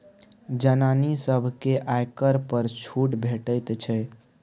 जनानी सभकेँ आयकर पर छूट भेटैत छै